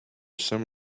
some